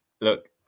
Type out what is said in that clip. Look